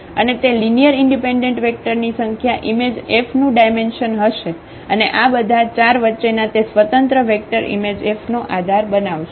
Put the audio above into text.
અને તે linear independent વેક્ટરની સંખ્યા ઈમેજ F નું ડાયમેન્શન હશે અને આ બધા 4 વચ્ચેના તે સ્વતંત્ર વેક્ટર ઇમેજ F નો આધાર બનાવશે